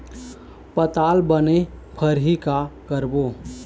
पताल बने फरही का करबो?